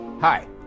Hi